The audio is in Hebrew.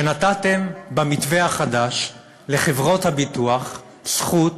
שנתתם במתווה החדש לחברות הביטוח זכות